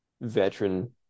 veteran